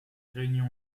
réunion